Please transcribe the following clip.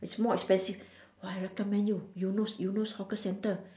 it's more expensive but I recommend you you look you look hawker center